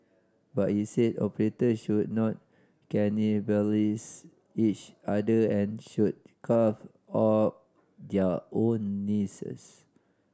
but he said operator should not cannibalise each other and should carve out their own